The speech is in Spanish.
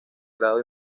grado